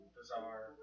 bizarre